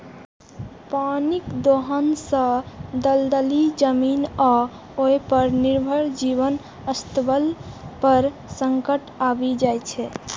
पानिक दोहन सं दलदली जमीन आ ओय पर निर्भर जीवक अस्तित्व पर संकट आबि जाइ छै